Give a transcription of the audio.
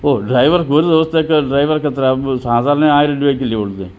ഓ ഡ്രൈവർക്ക് ഒരു ദിവസത്തേക്ക് ഡ്രൈവർക്കെത്ര സാധാരണ ആയിരം രൂപയൊക്കെയല്ലേ കൊടുക്കുന്നത്